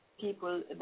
people